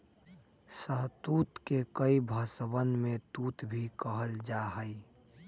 शहतूत के कई भषवन में तूत भी कहल जाहई